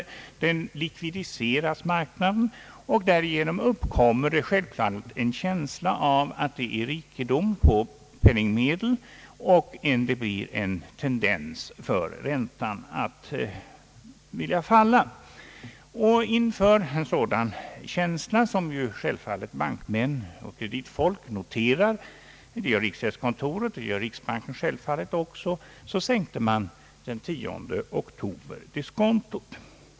Därigenom likvidiseras marknaden, och det uppkommer självfallet en känsla av att det finns rikedom på penningmedel, och räntan får en tendens att falla. Inför en sådan känsla, som givetvis bankmän och kreditfolk noterar — det gör riksgäldskontoret och riksbanken också — sänkte man den 10 oktober diskontot.